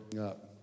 up